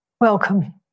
Welcome